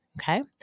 okay